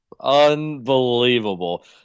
Unbelievable